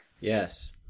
yes